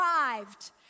arrived